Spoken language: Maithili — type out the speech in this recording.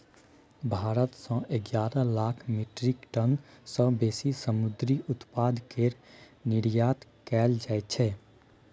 भारत सँ एगारह लाख मीट्रिक टन सँ बेसी समुंदरी उत्पाद केर निर्यात कएल जाइ छै